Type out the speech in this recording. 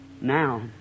now